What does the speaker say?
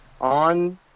on